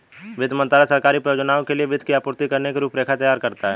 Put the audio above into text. वित्त मंत्रालय सरकारी परियोजनाओं के लिए वित्त की आपूर्ति करने की रूपरेखा तैयार करता है